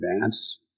advance